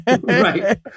Right